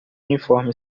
uniforme